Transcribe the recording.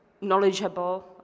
knowledgeable